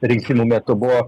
rinkimų metu buvo